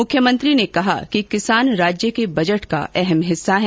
मुख्यमंत्री ने कहा कि किसान राज्य के बजट का अहम हिस्सा हैं